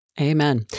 Amen